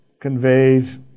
conveys